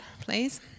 please